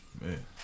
Man